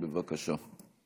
בבקשה.